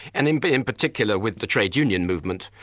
and in but in particular with the trade union movement,